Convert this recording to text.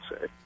say